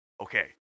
okay